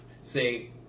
Say